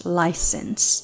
license